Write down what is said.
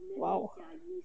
!wow!